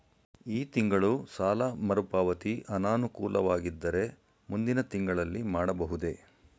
ಈ ತಿಂಗಳು ಸಾಲ ಮರುಪಾವತಿ ಅನಾನುಕೂಲವಾಗಿದ್ದರೆ ಮುಂದಿನ ತಿಂಗಳಲ್ಲಿ ಮಾಡಬಹುದೇ?